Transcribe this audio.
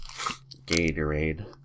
Gatorade